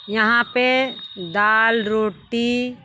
यहाँ पर दाल रोटी